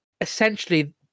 essentially